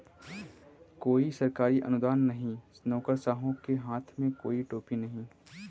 कोई सरकारी अनुदान नहीं, नौकरशाहों के हाथ में कोई टोपी नहीं